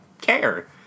care